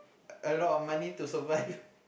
a lot of money to survive